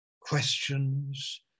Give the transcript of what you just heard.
questions